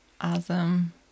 Awesome